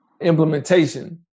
implementation